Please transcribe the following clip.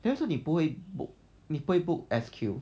then 为什么你不会 book 你 book S_Q